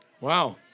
Wow